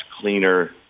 cleaner